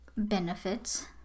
Benefits